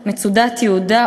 מצודת-יהודה,